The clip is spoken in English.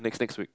next next week